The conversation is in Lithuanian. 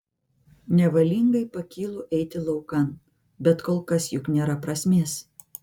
nevalingai pakylu eiti laukan bet kol kas juk nėra prasmės